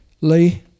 Lee